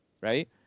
Right